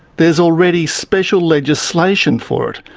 there's already special legislation for it,